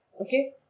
Okay